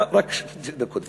רק שתי דקות.